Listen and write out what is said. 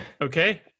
okay